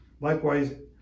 Likewise